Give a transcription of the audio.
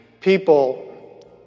people